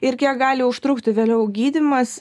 ir kiek gali užtrukti vėliau gydymas